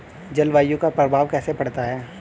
जलवायु का प्रभाव कैसे पड़ता है?